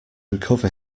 recover